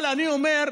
אבל אני אומר,